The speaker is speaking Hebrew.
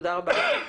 תודה רבה.